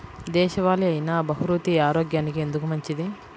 దేశవాలి అయినా బహ్రూతి ఆరోగ్యానికి ఎందుకు మంచిది?